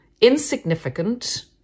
insignificant